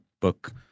book